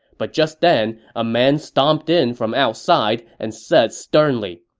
but just then, a man stomped in from outside and said sternly,